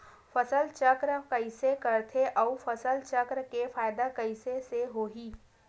फसल चक्र कइसे करथे उ फसल चक्र के फ़ायदा कइसे से होही?